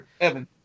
Evan